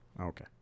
okay